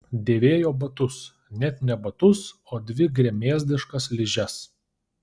dėvėjo batus net ne batus o dvi gremėzdiškas ližes